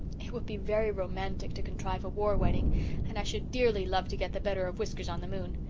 it would be very romantic to contrive a war-wedding and i should dearly love to get the better of whiskers-on-the-moon.